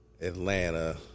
Atlanta